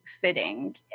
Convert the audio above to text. fitting